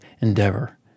endeavor